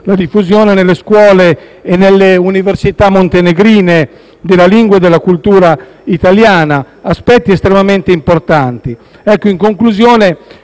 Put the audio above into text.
della diffusione nelle scuole e nelle università montenegrine della lingua e della cultura italiana: si tratta di aspetti estremamente importanti. In conclusione,